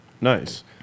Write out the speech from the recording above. nice